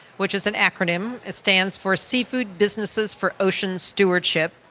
which is an acronym, it stands for seafood businesses for ocean stewardship,